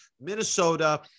Minnesota